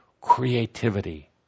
creativity